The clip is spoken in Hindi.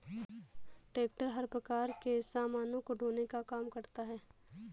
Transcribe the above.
ट्रेक्टर हर प्रकार के सामानों को ढोने का काम करता है